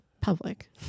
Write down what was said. Public